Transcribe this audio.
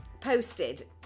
posted